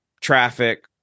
traffic